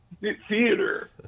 theater